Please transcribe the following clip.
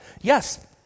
Yes